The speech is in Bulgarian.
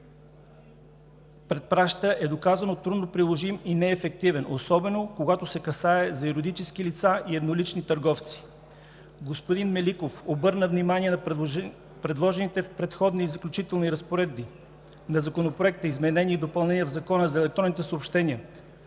препраща, е доказано трудно приложим и неефективен, особено когато се касае за юридически лица и еднолични търговци. Господин Меликов обърна внимание на предложените в Преходни и заключителни разпоредби на законопроекта изменения и допълнения в Закона за електронните съобщения.